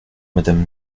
madame